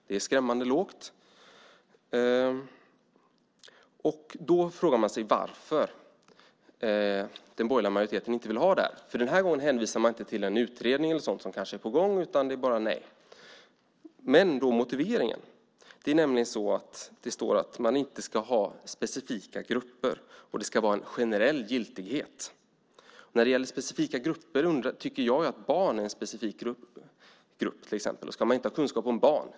Det är skrämmande lågt. Då frågar man sig varför den borgerliga majoriteten inte vill ha det här. Denna gång hänvisar man inte till en utredning som kanske är på gång, utan det är bara nej. Vad är då motiveringen? Det står att man inte ska ha specifika grupper och att det ska vara en generell giltighet. Jag tycker att till exempel barn är en specifik grupp. Ska man inte ha kunskap om barn?